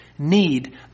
need